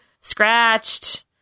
scratched